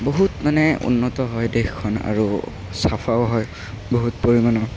বহুত মানে উন্নত হয় দেশখন আৰু চাফাও হয় বহুত পৰিমাণৰ